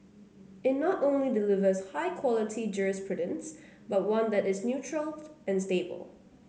it not only delivers high quality jurisprudence but one that is neutral and stable